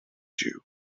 jew